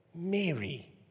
Mary